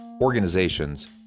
organizations